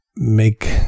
make